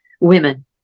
women